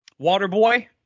Waterboy